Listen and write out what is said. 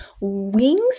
wings